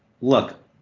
look